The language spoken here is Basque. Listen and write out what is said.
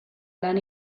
lan